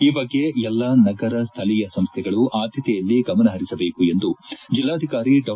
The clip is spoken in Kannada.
ಈ ಬಗ್ಗೆ ಎಲ್ಲಾ ನಗರ ಸ್ವಳೀಯ ಸಂಸ್ಥೆಗಳು ಆದ್ದತೆಯಲ್ಲಿ ಗಮನಹರಿಸಬೇಕು ಎಂದು ಜಲ್ಲಾಧಿಕಾರಿ ಡಾ